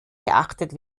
geachtet